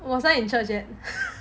wasn't in charge yet